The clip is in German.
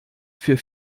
für